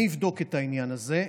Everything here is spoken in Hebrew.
אני אבדוק את העניין הזה.